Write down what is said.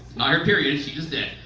not her period. she's dead.